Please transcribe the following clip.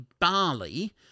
barley